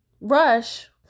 rush